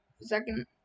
Second